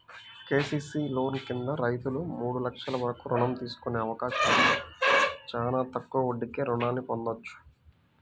KCC loan కింద రైతులు మూడు లక్షల వరకు రుణం తీసుకునే అవకాశం ఉంది, చానా తక్కువ వడ్డీకే రుణాల్ని పొందొచ్చు